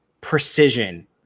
precision